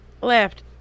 left